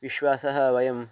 विश्वासः वयं